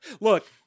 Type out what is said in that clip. Look